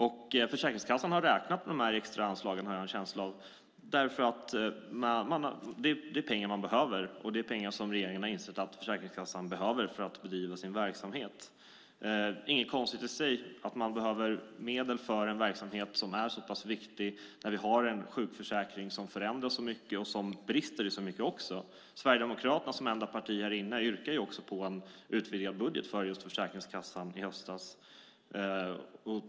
Och Försäkringskassan har räknat på de extra anslagen, har jag en känsla av, därför att det är pengar som man behöver och det är pengar som regeringen har insett att Försäkringskassan behöver för att bedriva sin verksamhet. Det är inget konstigt i sig att man behöver medel för en verksamhet som är så pass viktig när vi har en sjukförsäkring som förändras så mycket och som också brister i så mycket. Sverigedemokraterna som enda parti härinne yrkade på en utvidgad budget för just Försäkringskassan i höstas.